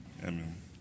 Amen